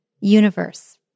Universe